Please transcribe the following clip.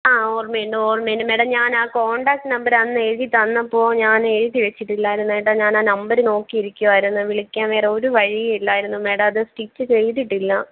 ആ ഓർമ്മയുണ്ട് ഓർമ്മയുണ്ട് മാഡം ഞാൻ ആ കോൺടാക്ട് നമ്പർ അന്നെഴുതിത്തന്നപ്പോൾ ഞാൻ എഴുതി വച്ചിട്ടില്ലായിരുന്നു കേട്ടോ ഞാൻ ആ നമ്പര് നോക്കിയിരിക്കുകയായിരുന്നു വിളിക്കാൻ വേറെ ഒരു വഴിയും ഇല്ലായിരുന്നു മാഡം അത് സ്റ്റിച്ച് ചെയ്തിട്ടില്ല